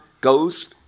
goes